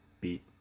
beat